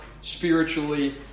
spiritually